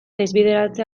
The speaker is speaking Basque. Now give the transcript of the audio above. desbideratze